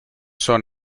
son